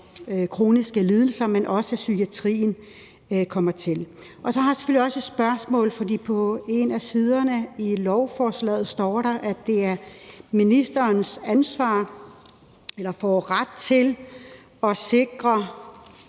kroniske lidelser, men så også psykiatrien kommer til. Jeg har selvfølgelig også et spørgsmål. For på en af siderne i lovforslaget står der, at det er ministerens ansvar, eller at ministeren får ret til at sikre